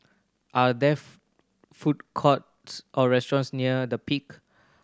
are there food courts or restaurants near The Peak